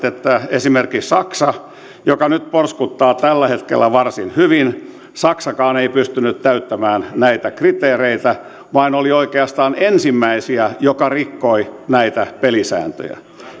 esimerkiksi saksakaan joka porskuttaa tällä hetkellä varsin hyvin ei pystynyt täyttämään näitä kriteereitä vaan oli oikeastaan ensimmäisiä joka rikkoi näitä pelisääntöjä